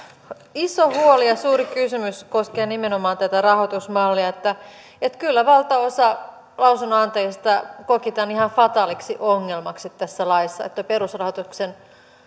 iso huoli ja suuri kysymys koskien nimenomaan tätä rahoitusmallia kyllä valtaosa lausunnonantajista koki tämän ihan fataaliksi ongelmaksi tässä laissa että perusrahoituksen taso